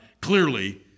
clearly